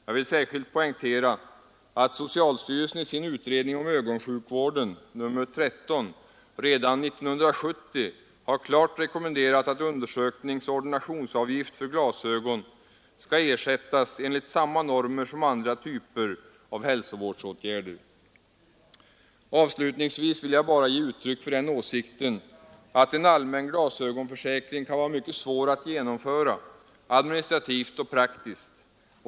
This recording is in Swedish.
Jag vill särskilt poängtera att socialstyrelsen i sin utredning om ögonsjukvården — nr 13 — redan år 1970 hade klart rekommenderat att undersökningsoch ordinationsavgift för glasögon skall ersättas enligt samma normer som gäller för andra typer av hälsovårdsåtgärder. Avslutningsvis vill jag bara ge uttryck för åsikten, att en allmän glasögonförsäkring kan vara mycket svår att genomföra, administrativt och praktiskt.